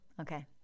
Okay